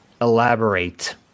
elaborate